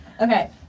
Okay